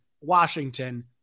Washington